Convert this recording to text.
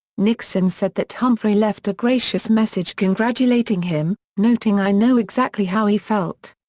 nixon said that humphrey left a gracious message congratulating him, noting i know exactly how he felt.